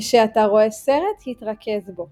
כשאתה רואה סרט התרכז בו.